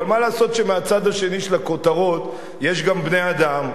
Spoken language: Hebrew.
אבל מה לעשות שמהצד השני של הכותרות יש גם בני-אדם,